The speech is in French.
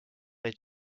est